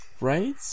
Right